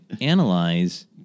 analyze